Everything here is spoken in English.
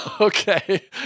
Okay